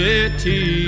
City